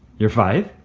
you're five?